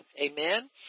amen